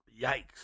Yikes